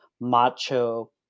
macho